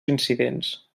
incidents